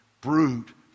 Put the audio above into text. Brute